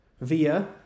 via